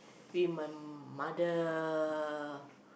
with my mother